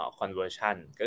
conversion